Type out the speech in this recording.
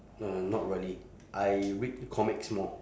uh not really I read comics more